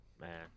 man